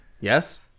Yes